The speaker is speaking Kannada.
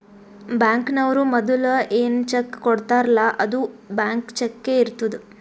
ಬ್ಯಾಂಕ್ನವ್ರು ಮದುಲ ಏನ್ ಚೆಕ್ ಕೊಡ್ತಾರ್ಲ್ಲಾ ಅದು ಬ್ಲ್ಯಾಂಕ್ ಚಕ್ಕೇ ಇರ್ತುದ್